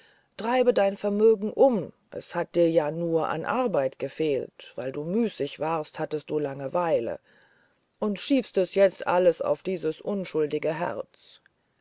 treibe dein vermögen um es hat dir nur an arbeit gefehlt weil du müßig warst hattest du langeweile und schiebst jetzt alles auf dieses unschuldige herz